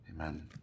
Amen